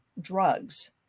drugs